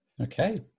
Okay